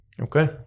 okay